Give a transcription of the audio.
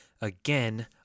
again